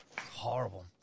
horrible